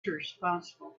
responsible